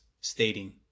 stating